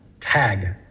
tag